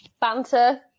banter